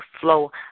flow